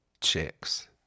Chicks